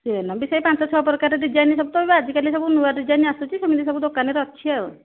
chain ବି ସେ ପାଞ୍ଚ ଛଅ ପ୍ରକାର ଡିଜାଇନ୍ ସବୁ ତ ଆଜିକାଲି ସବୁ ନୂଆ ଡିଜାଇନ୍ ଆସୁଛି ସେମିତି ସବୁ ଦୋକାନରେ ଅଛି ଆଉ